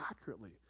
accurately